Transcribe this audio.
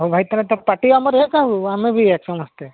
ହେଉ ଭାଇ ତମେ ତ ପାର୍ଟି ଆମର ଏକ ହେଉ ଆମେ ବି ଏକ ସମସ୍ତେ